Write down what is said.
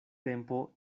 tempo